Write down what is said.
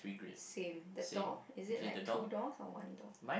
same the door is it like two doors or one door